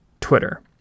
Twitter